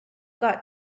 got